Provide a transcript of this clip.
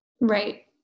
Right